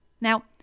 Now